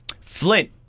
Flint